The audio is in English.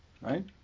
Right